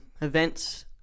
events